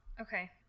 Okay